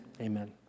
amen